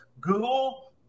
Google